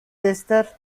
testa